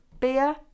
beer